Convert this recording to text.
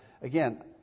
again